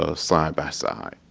ah side by side.